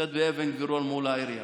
נמצאת באבן גבירול מול העירייה.